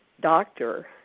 Doctor